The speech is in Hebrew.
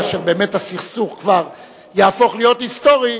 כאשר באמת הסכסוך כבר יהפוך להיות היסטורי,